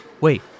wait